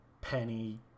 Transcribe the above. Penny